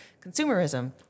consumerism